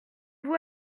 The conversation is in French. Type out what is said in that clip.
vous